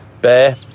Bear